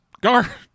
Gar